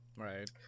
right